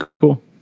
cool